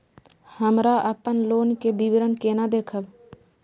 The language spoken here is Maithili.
हमरा अपन लोन के विवरण केना देखब?